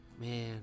Man